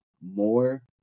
more